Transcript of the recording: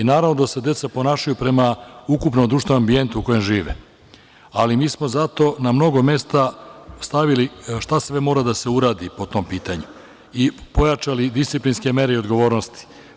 Naravno da se deca ponašaju prema ukupnom društvenom ambijentu u kome žive, ali mi smo zato na mnogo mesta stavili šta sve mora da se uradi po tom pitanju i pojačali disciplinske mere i odgovornosti.